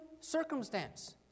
circumstance